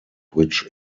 which